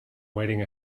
waiting